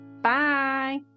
bye